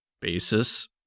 basis